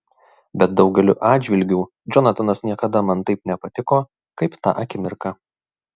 bet daugeliu atžvilgių džonatanas niekada man taip nepatiko kaip tą akimirką